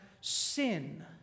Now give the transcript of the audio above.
sin